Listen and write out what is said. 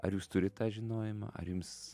ar jūs turit tą žinojimą ar jums